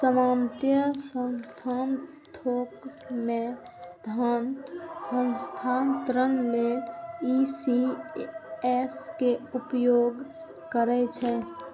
सामान्यतः संस्थान थोक मे धन हस्तांतरण लेल ई.सी.एस के उपयोग करै छै